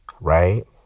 right